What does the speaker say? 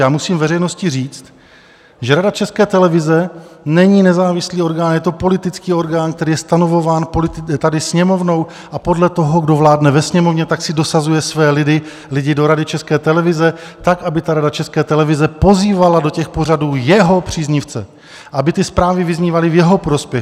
Ale musím veřejnosti říct, že Rada České televize není nezávislý orgán, je to politický orgán, který je stanovován tady Sněmovnou, a podle toho, kdo vládne ve Sněmovně, si dosazuje své lidi do Rady České televize tak, aby ta Rada České televize pozývala do těch pořadů jeho příznivce, aby ty zprávy vyznívaly v jeho prospěch.